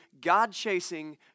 God-chasing